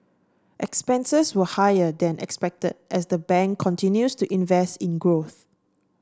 expenses were higher than expected as the bank continues to invest in growth